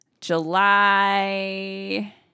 July